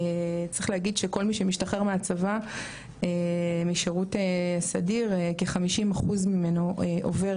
צריך להגיד שכל מי שמשתחרר מהצבא משירות סדיר כ- 50 אחוז ממנו עובר